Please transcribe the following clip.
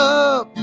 up